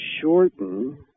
shorten